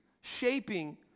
shaping